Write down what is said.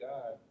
God